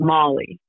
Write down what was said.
Molly